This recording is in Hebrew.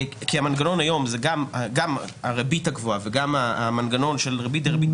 כי המנגנון היום זה גם הריבית הגבוהה וגם המנגנון של ריבית דריבית,